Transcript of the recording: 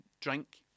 drink